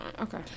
Okay